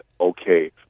okay